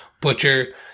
Butcher